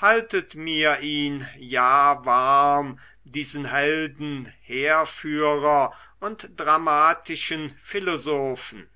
haltet mir ihn ja warm diesen helden heerführer und dramatischen philosophen